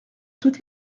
toute